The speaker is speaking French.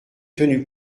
tenu